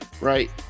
right